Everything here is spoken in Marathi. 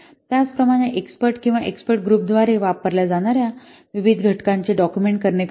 त्याचप्रमाणे एक्स्पर्ट किंवा एक्स्पर्ट ग्रुप द्वारे वापरल्या जाणार्या विविध घटकांचे डाक्युमेंट करणे कठीण आहे